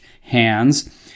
hands